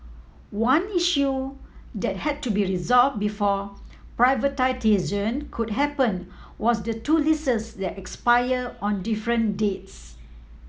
one issue that had to be resolve before privatisation could happen was the two leases that expire on different dates